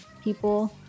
people